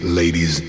ladies